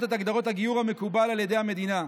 את הגדרות הגיור המקובל על ידי המדינה.